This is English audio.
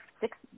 six